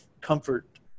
comfort